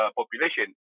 population